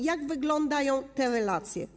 Jak wyglądają te relacje?